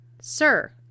Sir